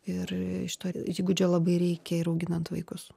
ir iš to įgūdžio labai reikia ir auginant vaikus